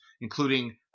including